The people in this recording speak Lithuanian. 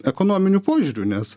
ekonominiu požiūriu nes